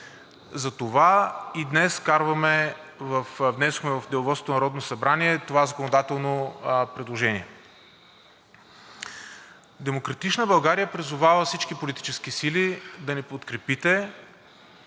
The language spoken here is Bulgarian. Затова и днес внесохме в Деловодството на Народното събрание това законодателно предложение. „Демократична България“ призовава всички политически сили да ни подкрепите,